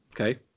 okay